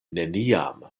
neniam